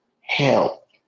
help